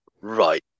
right